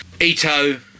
Ito